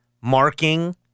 marking